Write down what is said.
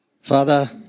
Father